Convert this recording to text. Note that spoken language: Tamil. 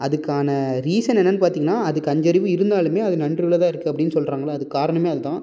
அதுக்கான ரீசன் என்னென்று பார்த்திங்கன்னா அதுக்கு அஞ்சறிவு இருந்தாலும் அது நன்றி உள்ளதாக இருக்குது அப்படின்னு சொல்லுறாங்கள்ல அதுக்கு காரணமே அதுதான்